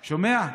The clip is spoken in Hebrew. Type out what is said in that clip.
שומע.